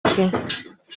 bwe